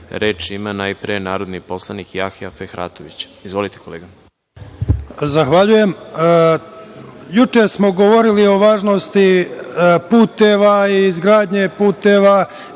ima najpre narodni poslanik Jahja Fehratović. Izvolite, kolega.